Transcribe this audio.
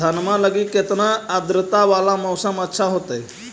धनमा लगी केतना आद्रता वाला मौसम अच्छा होतई?